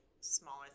smaller